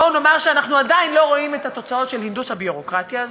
בואו נאמר שאנחנו עדיין לא רואים את התוצאות של הנדוס הביורוקרטיה הזה,